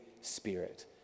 Spirit